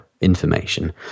information